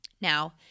now